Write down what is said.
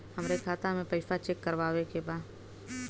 हमरे खाता मे पैसा चेक करवावे के बा?